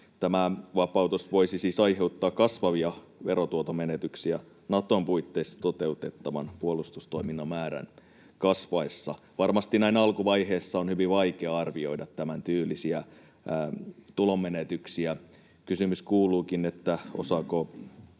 Tämä vapautus voisi siis aiheuttaa kasvavia verotuoton menetyksiä Naton puitteissa toteutettavan puolustustoiminnan määrän kasvaessa. Varmasti näin alkuvaiheessa on hyvin vaikea arvioida tämäntyylisiä tulonmenetyksiä. Kysymys kuuluukin: osaako